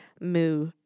Moo